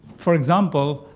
for example,